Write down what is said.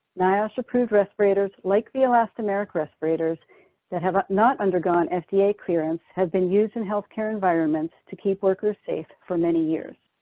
niosh approved respirators, like the elastomeric respirators that have not undergone and fda clearance, have been used in healthcare environments to keep workers safe for many years.